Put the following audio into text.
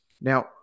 Now